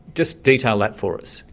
just detail that for us.